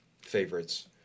favorites